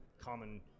common